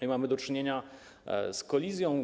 Nie mamy do czynienia z kolizją.